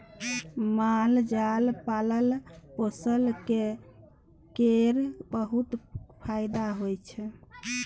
माल जाल पालला पोसला केर बहुत फाएदा होइ छै